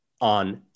on